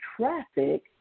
traffic